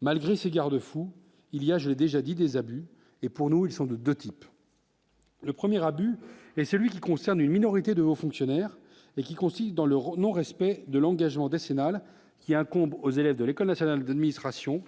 malgré ces garde-fous, il y a, j'ai déjà dit des abus et pour nous, ils sont de 2 types. Le premier abus et celui qui concerne une minorité de fonctionnaires mais qui consiste dans l'Euro, non respect de l'engagement décennal qui incombe aux élèves de l'École nationale de Miss ration